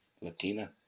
Latina